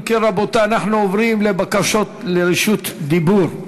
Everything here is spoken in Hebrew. אם כן, רבותי, אנחנו עוברים לבקשות לרשות דיבור.